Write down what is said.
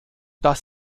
das